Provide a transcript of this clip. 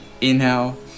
inhale